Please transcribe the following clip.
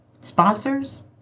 Sponsors